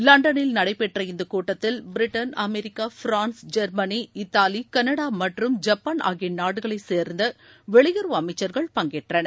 லண்டனில் நடைபெற்ற இந்தக் கூட்டத்தில் Britain America France Germany Italy Canada மற்றும் ஜப்பான் ஆகிய நாடுகளைச் சேர்ந்த வெளியுறவு அமைச்சர்கள் பங்கேற்றனர்